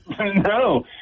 No